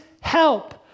help